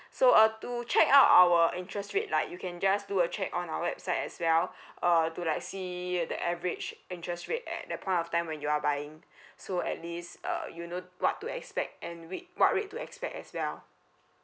so uh to check out our interest rate like you can just do a check on our website as well uh to like see at the average interest rate at that point of time when you are buying so at least uh you know what to expect and rate what rate to expect as well